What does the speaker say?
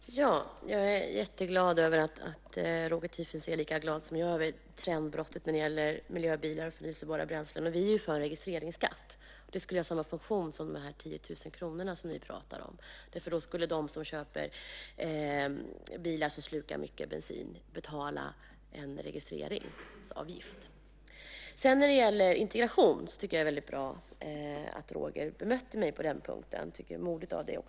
Fru talman! Det är jätteroligt att Roger Tiefensee är lika glad som jag över trendbrottet för miljöbilar och förnyelsebara bränslen. Vi är för en registreringsskatt. Den skulle ha samma funktion som de 10 000 kronorna ni pratar om. De som köper bilar som slukar mycket bensin skulle då betala en registreringsavgift. När det sedan gäller integration är det bra att Roger bemötte mig på den punkten. Det var modigt av honom.